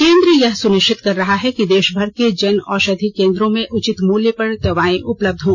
केन्द्र यह सुनिश्चित कर रहा है कि देशभर के जनऔषधि केन्द्रों में उचित मूल्य पर दवाएं उपलब्ध हों